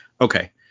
Okay